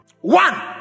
One